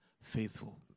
faithful